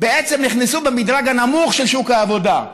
בעצם נכנסו במדרג הנמוך של שוק העבודה.